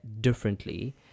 differently